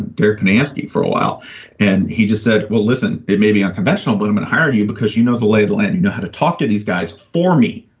dirk and asked for a while and he just said, well, listen, it may be unconventional, but him and hired you because you know the label and you know how to talk to these guys. for me,